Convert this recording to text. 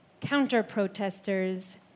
counter-protesters